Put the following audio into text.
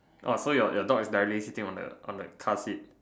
orh so your your dog is barely sitting on the on the car seat